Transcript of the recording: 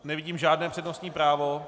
Nevidím žádné přednostní právo.